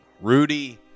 Rudy